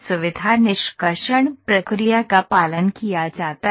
सुविधा निष्कर्षण प्रक्रिया का पालन किया जाता है